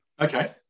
Okay